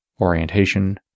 orientation